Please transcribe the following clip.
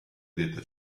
detta